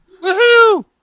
Woohoo